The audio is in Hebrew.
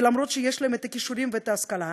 כי למרות שיש להם הכישורים וההשכלה,